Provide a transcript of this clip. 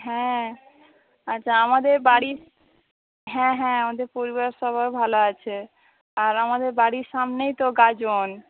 হ্যাঁ আচ্ছা আমাদের বাড়ির হ্যাঁ হ্যাঁ আমাদের পরিবারের সবাই ভালো আছে আর আমাদের বাড়ির সামনেই তো গাজন